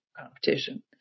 competition